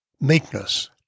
Meekness